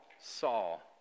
Saul